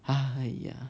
!aiya!